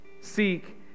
seek